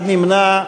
אחד נמנע.